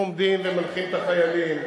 הם עומדים ומנחים את החיילים,